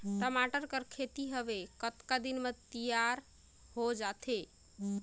टमाटर कर खेती हवे कतका दिन म तियार हो जाथे?